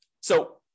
So-